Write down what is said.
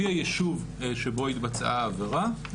לפי היישוב שבו התבצע העבירה,